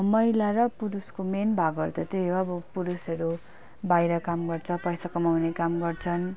महिला र पुरुषको मेन भागहरू त त्यही हो अब पुरुषहरू बाहिर काम गर्छ पैसा कमाउने काम गर्छन्